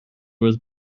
was